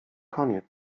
koniec